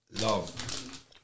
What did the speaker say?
love